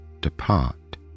depart